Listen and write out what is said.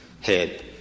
head